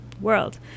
world